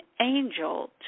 angel